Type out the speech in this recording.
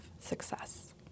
success